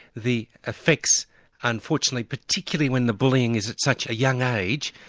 the effects unfortunately, particularly when the bullying is at such a young age,